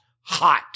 hot